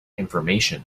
information